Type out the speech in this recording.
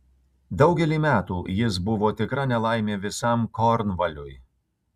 daugelį metų jis buvo tikra nelaimė visam kornvaliui